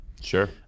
Sure